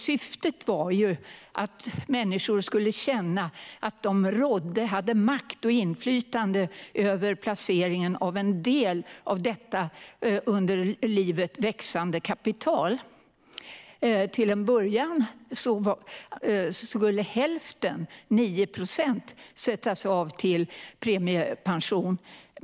Syftet var att människor skulle känna att de rådde över och hade makt och inflytande över placeringen av en del av detta under livet växande kapital. Till en början skulle hälften, 9 procent, sättas av till premiepension.